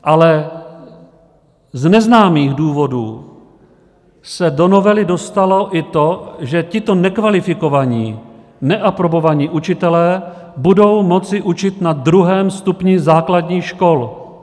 Ale z neznámých důvodů se do novely dostalo i to, že tito nekvalifikovaní, neaprobovaní učitelé budou moci učit na druhém stupni základních škol.